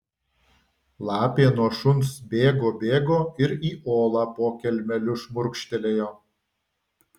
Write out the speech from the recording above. lapė nuo šuns bėgo bėgo ir į olą po kelmeliu šmurkštelėjo